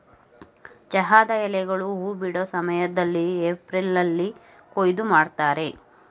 ಚಹಾದ ಎಲೆಗಳು ಹೂ ಬಿಡೋ ಸಮಯ್ದಲ್ಲಿ ಏಪ್ರಿಲ್ನಲ್ಲಿ ಕೊಯ್ಲು ಮಾಡ್ತರೆ